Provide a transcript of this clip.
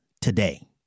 today